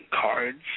cards